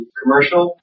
commercial